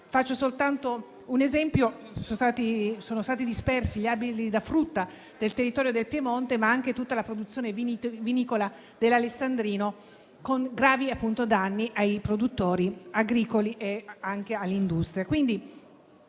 Faccio soltanto un esempio: sono stati dispersi gli alberi da frutto del territorio del Piemonte, ma anche tutta la produzione vinicola dell'alessandrino, con gravi danni per i produttori agricoli e per l'industria.